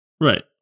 Right